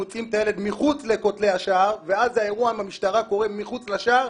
מוציאים את הילד מחוץ לכותלי השער ואז האירוע עם המשטרה קורה מחוץ לשער,